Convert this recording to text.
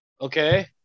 Okay